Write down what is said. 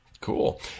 cool